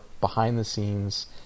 behind-the-scenes